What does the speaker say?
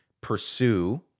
pursue